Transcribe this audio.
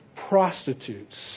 Prostitutes